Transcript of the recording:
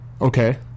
Okay